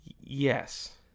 Yes